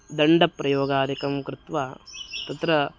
दण्डप्रयोगादिकं कृत्वा तत्र